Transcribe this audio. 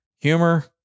humor